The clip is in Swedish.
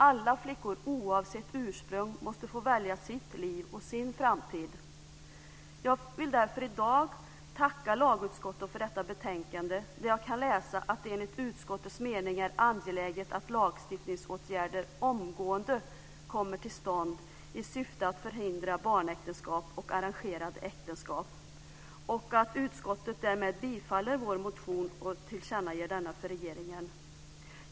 Alla flickor oavsett ursprung måste få välja sitt liv och sin framtid. Jag vill därför i dag tacka lagutskottet för detta betänkande där jag kan läsa att det enligt utskottets mening är angeläget att lagstiftningsåtgärder omgående kommer till stånd i syfte att förhindra barnäktenskap och arrangerade äktenskap och att utskottet därmed tillstyrker vår motion och tillkännager denna för regeringen.